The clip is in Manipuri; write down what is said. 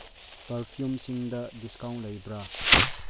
ꯄꯔꯐ꯭ꯌꯨꯝꯁꯤꯡꯗ ꯗꯤꯁꯀꯥꯎꯟ ꯂꯩꯕ꯭ꯔꯥ